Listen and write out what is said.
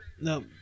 no